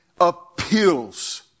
appeals